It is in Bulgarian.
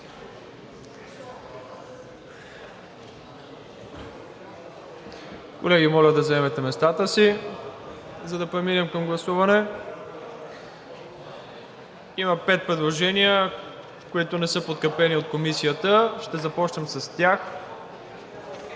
Колеги, моля да заемете местата си, за да преминем към гласуване. Има пет предложения, които не са подкрепени от Комисията. Ще започнем с тях.